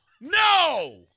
No